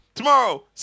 tomorrow